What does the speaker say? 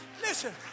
listen